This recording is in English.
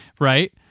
Right